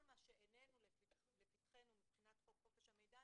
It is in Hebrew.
כל מה שאיננו לפתחנו מבחינת חוק חופש המידע,